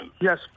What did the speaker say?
Yes